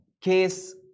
case